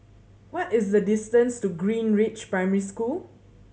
what is the distance to Greenridge Primary School